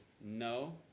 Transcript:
No